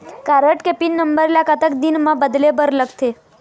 Card के pin number ला कतक दिन म बदले बर लगथे?